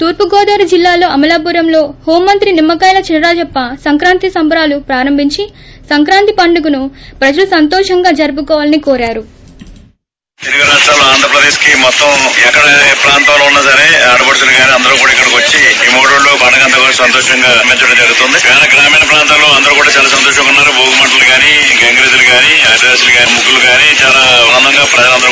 తూర్పు గోదావరి జిల్లాలో అమహలాపురం లో హోం మంత్రి నిమ్మ కాయల చిన రాజప్ప సంక్రాంతి సంబరాలలు ప్రారంబించి సంక్రాంతి పండగ ను ప్రజలు సంతోషంగా జరుపుకోవాలని చిన రాజప్స కోరారు